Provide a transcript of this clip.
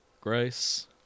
Grace